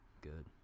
Good